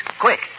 Quick